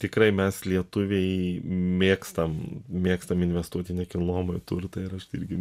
tikrai mes lietuviai mėgstam mėgstam investuoti į nekilnojamąjį turtą ir aš tai irgi